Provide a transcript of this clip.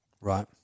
Right